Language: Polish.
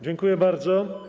Dziękuję bardzo.